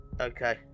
Okay